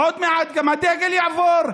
עוד מעט גם הדגל יעבור,